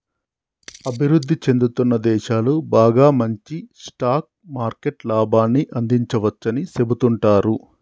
అభివృద్ధి చెందుతున్న దేశాలు బాగా మంచి స్టాక్ మార్కెట్ లాభాన్ని అందించవచ్చని సెబుతుంటారు